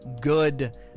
good